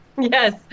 Yes